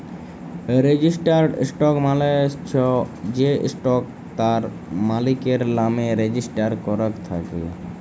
registered stock মালে চ্ছ যে স্টক তার মালিকের লামে রেজিস্টার করাক থাক্যে